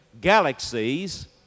galaxies